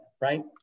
right